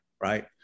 Right